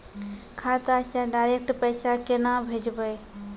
खाता से डायरेक्ट पैसा केना भेजबै?